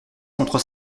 contre